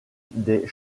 des